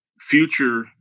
future